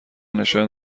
نشان